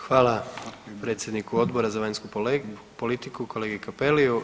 Hvala predsjedniku Odbor za vanjsku politiku kolegi Cappelliju.